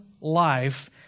life